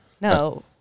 No